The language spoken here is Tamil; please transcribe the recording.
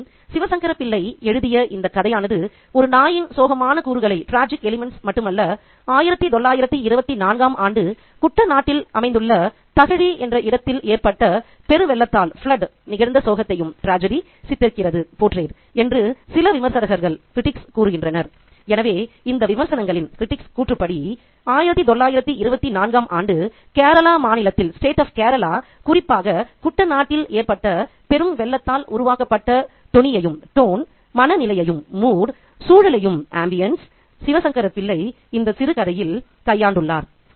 மேலும் சிவசங்கர பிள்ளை எழுதிய இந்த கதையானது ஒரு நாயின் சோகமான கூறுகளை மட்டுமல்ல 1924 ஆம் ஆண்டு குட்டநாட்டில் அமைந்துள்ள தகழி என்ற இடத்தில் ஏற்பட்ட பெருவெள்ளத்தால் நிகழ்ந்த சோகத்தையும் சித்தரிக்கிறது என்று சில விமர்சகர்கள் கூறுகின்றனர் எனவே இந்த விமர்சகர்களின் கூற்றுப்படி 1924 ஆம் ஆண்டு கேரள மாநிலத்தில் குறிப்பாக குட்டநாட்டில் ஏற்பட்ட பெரும் வெள்ளத்தால் உருவாக்கப்பட்ட தொனியையும் மன நிலையையும் சூழலையும் சிவசங்கர பிள்ளை இந்த சிறுகதையில் கையாண்டுள்ளார்